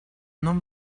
non